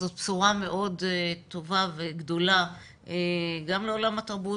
אז זאת בשורה מאוד טובה וגדולה גם לעולם התרבות,